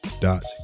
dot